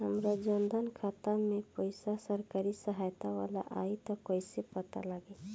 हमार जन धन खाता मे पईसा सरकारी सहायता वाला आई त कइसे पता लागी?